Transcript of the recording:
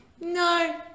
no